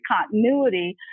continuity